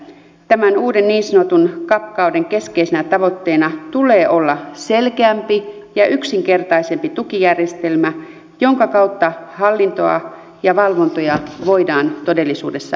tämän uuden niin sanotun cap kauden keskeisenä tavoitteena tulee olla selkeämpi ja yksinkertaisempi tukijärjestelmä jonka kautta hallintoa ja valvontoja voidaan todellisuudessa vähentää